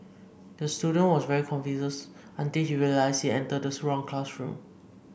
the student was very confused until he realised he entered the wrong classroom